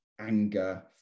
anger